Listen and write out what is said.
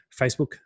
Facebook